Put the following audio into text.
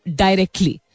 directly